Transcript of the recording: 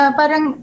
parang